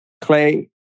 Clay